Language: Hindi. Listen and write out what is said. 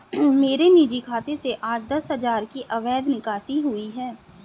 मेरे निजी खाते से आज दस हजार की अवैध निकासी हुई है